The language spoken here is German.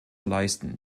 leisten